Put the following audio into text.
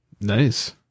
Nice